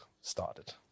started